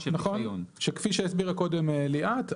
שכפי שהסבירה קודם ליאת,